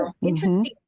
interesting